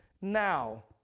now